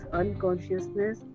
unconsciousness